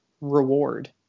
reward